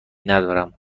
ندارم